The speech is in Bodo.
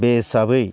बे हिसाबै